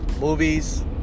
movies